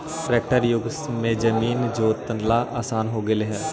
tractor युग में जमीन जोतेला आसान हो गेले हइ